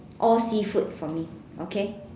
all seafood for me okay